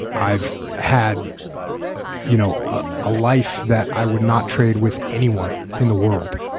i've had you know ah a life that i would not trade with anyone in the world.